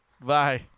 Bye